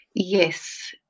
Yes